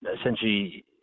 essentially